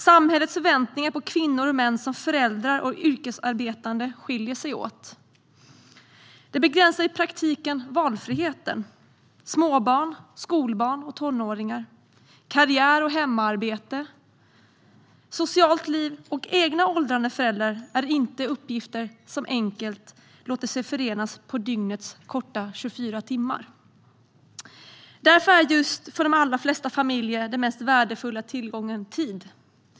Samhällets förväntningar på kvinnor och män som föräldrar och yrkesarbetande skiljer sig åt, vilket i praktiken begränsar valfriheten. Småbarn, skolbarn och tonåringar, karriär och hemarbete, socialt liv och egna åldrande föräldrar är inte uppgifter som enkelt låter sig förenas på dygnets korta 24 timmar. Därför är just tid den mest värdefulla tillgången för de allra flesta familjer.